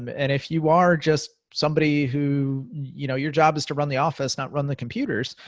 um and if you are just somebody who you know your job is to run the office, not run the computers.